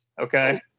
okay